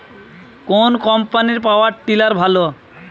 কোন কম্পানির power tiller ভালো?